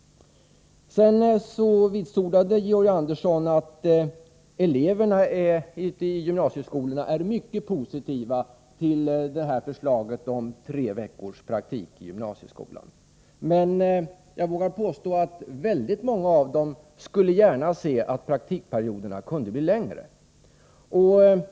Sedan vitsordade Georg Andersson att eleverna ute i gymnasieskolorna är mycket positiva till förslaget om tre veckors praktik i gymnasieskolan. Men jag vågar påstå att väldigt många av dem gärna skulle se att praktikperioderna kunde bli längre.